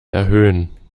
erhöhen